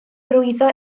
hyrwyddo